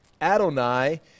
Adonai